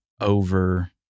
over